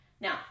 Now